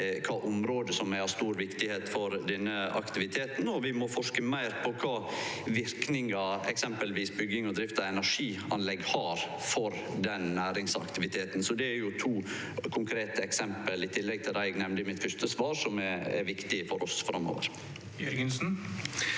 kva område som er av stor viktigheit for denne aktiviteten. Vi må òg forske meir på kva verknad eksempelvis bygging og drift av energianlegg har for den næringsaktiviteten. Det er to konkrete eksempel, i tillegg til dei eg nemnde i mitt fyrste svar, som er viktig for oss framover.